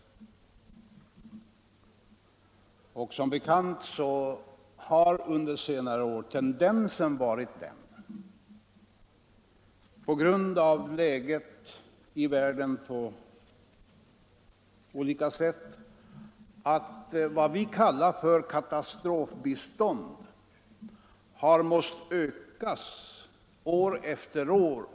Och tendensen har som bekant under senare år på grund av läget ute i världen varit den att vad vi kallar för katastrofbistånd har måst ökas år efter år.